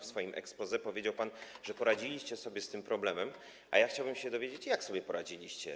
W swoim exposé powiedział pan, że poradziliście sobie z tym problemem, a ja chciałbym się dowiedzieć, jak sobie poradziliście.